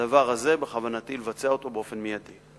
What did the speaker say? הדבר הזה, בכוונתי לבצע אותו באופן מיידי.